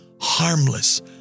harmless